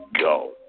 go